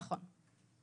נכון.